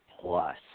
plus